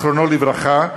זיכרונו לברכה,